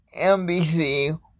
NBC